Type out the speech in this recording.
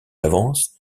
d’avance